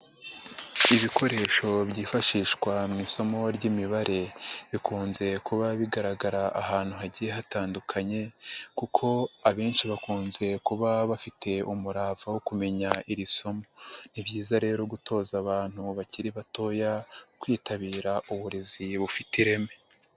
Ibikoresho byifashishwa mu isomo ry'imibare, bikunze kuba bigaragara ahantu hagiye hatandukanye kuko abenshi bakunze kuba bafite umurava wo kumenya iri somo. Ni byiza rero gutoza abantu bakiri batoya kwitabira uburezi bufite ireme.